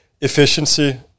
efficiency